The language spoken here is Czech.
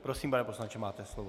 Prosím, pane poslanče, máte slovo.